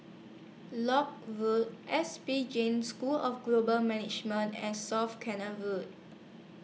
Lock Road S P Jain School of Global Management and South Canal Road